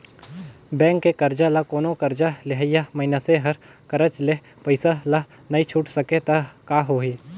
bank के करजा ल कोनो करजा लेहइया मइनसे हर करज ले पइसा ल नइ छुटे सकें त का होही